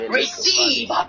receive